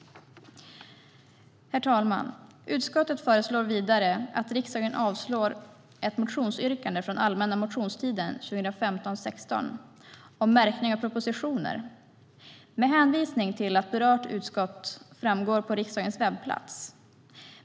Herr talman! Utskottet föreslår vidare att riksdagen avslår ett motionsyrkande från allmänna motionstiden 2015/16 om märkning av propositioner, med hänvisning till att berört utskott framgår på riksdagens webbplats.